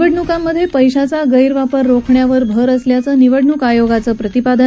निवडणूकांमध्ये पैशाचा गैरवापर रोखण्यावर भर असल्याचं निवडणूक आयोगाचं प्रतिपादन